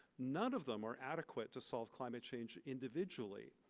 none of them are adequate to solve climate change individually.